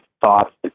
thoughts